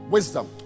Wisdom